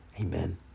Amen